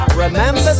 Remember